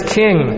king